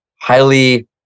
highly